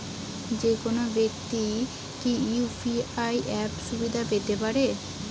যেকোনো ব্যাক্তি কি ইউ.পি.আই অ্যাপ সুবিধা পেতে পারে?